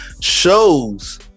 shows